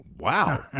Wow